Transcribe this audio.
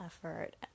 effort